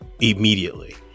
immediately